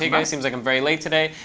hey guys. seems like i'm very late today.